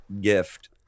gift